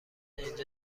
اینجا